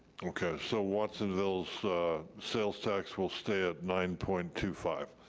okay, so watsonville's sales tax will stay at nine point two five?